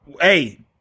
Hey